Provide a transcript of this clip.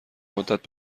مدت